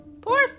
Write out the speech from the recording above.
poor